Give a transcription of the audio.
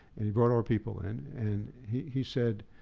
and he brought our people in. and he said,